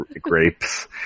grapes